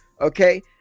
okay